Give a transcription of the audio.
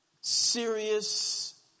serious